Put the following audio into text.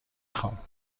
خوام